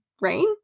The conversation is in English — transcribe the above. rain